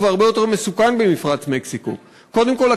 והרבה יותר מסוכן מאשר במפרץ מקסיקו: קודם כול,